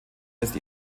ist